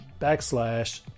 backslash